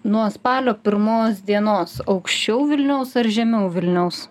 nuo spalio pirmos dienos aukščiau vilniaus ar žemiau vilniaus